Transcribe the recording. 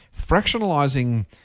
fractionalizing